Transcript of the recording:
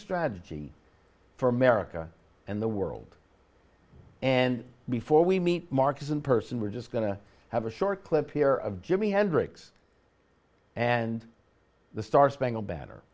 strategy for america and the world and before we meet marcus in person we're just going to have a short clip here of jimi hendrix and the star spangled ba